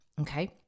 Okay